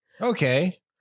Okay